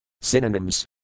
Synonyms